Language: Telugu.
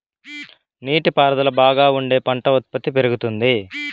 నీటి పారుదల బాగా ఉంటే పంట ఉత్పత్తి పెరుగుతుంది